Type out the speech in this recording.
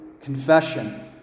confession